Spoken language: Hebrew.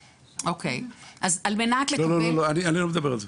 לא, אני לא מדבר על זה.